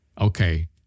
Okay